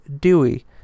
DEWEY